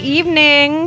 evening